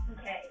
Okay